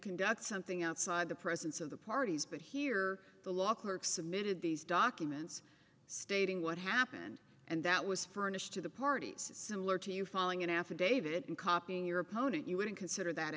get something outside the presence of the parties but here the law clerk submitted these documents stating what happened and that was furnished to the parties similar to you falling in affidavit and copying your opponent you wouldn't consider that